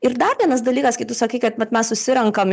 ir dar vienas dalykas kai tu sakai kad vat mes susirenkam